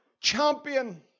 champion